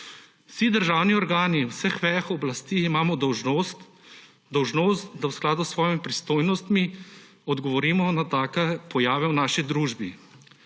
Vsi državni organi v vseh vejah oblasti imamo dolžnost, dolžnost, da v skladu s svojimi pristojnostmi odgovorimo na take pojave v naši družbi.